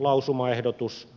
lausumaehdotus